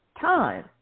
time